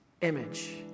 image